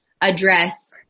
address